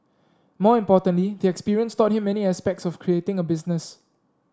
more importantly the experience taught him many aspects of creating a business